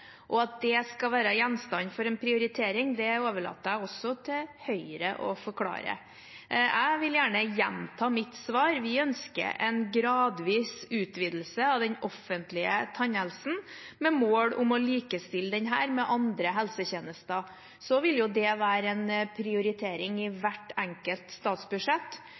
Og at det skal være gjenstand for en prioritering, overlater jeg også til Høyre å forklare. Jeg vil gjerne gjenta mitt svar. Vi ønsker en gradvis utvidelse av den offentlige tannhelsetjenesten med mål om å likestille den med andre helsetjenester. Så vil det være en prioritering i hvert enkelt statsbudsjett.